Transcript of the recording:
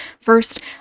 First